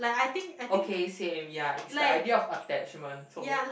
okay same ya it's the idea of attachment so